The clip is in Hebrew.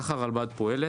כך הרלב"ד פועל,